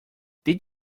did